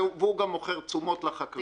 והוא גם מוכר תשומות לחקלאים ב"עמיר".